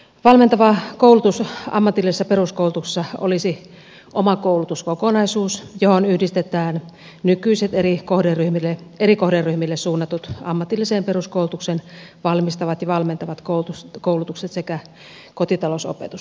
valmentava koulutus ammatillisessa peruskoulutuksessa olisi oma koulutuskokonaisuus johon yhdistetään nykyiset eri kohderyhmille suunnatut ammatilliseen peruskoulutukseen valmistavat ja valmentavat koulutukset sekä kotitalousopetus